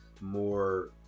more